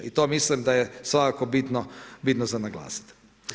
I to mislim da je svakako bitno za naglasiti.